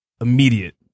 immediate